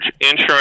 insurance